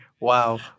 Wow